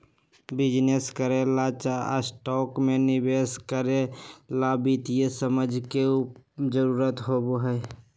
business करे ला चाहे स्टॉक में निवेश करे ला वित्तीय समझ के जरूरत होई छई